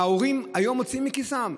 היום ההורים מוציאים מכיסם,